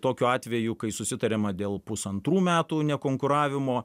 tokių atvejų kai susitariama dėl pusantrų metų nekonkuravimo